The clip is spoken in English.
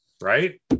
right